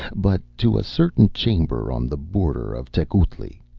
but to a certain chamber on the border of tecuhltli.